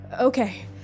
okay